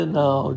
now